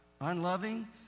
unloving